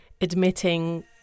admitting